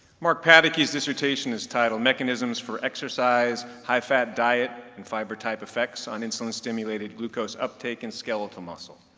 mark pataky's dissertation is titled, mechanisms for exercise high fat diet and fiber type effects on insulin stimulated glucose uptake in skeletal muscle.